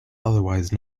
otherwise